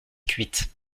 cuite